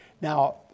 Now